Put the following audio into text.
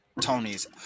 Tony's